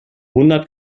hundert